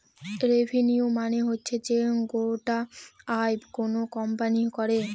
revenue মানে হচ্ছে যে গোটা আয় কোনো কোম্পানি করে